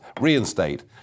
reinstate